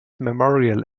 memorial